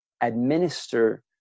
administer